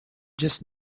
just